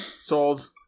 Sold